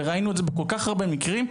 וראינו את זה בכל כך הרבה מקרים.